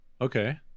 okay